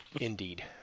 Indeed